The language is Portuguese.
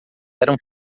eram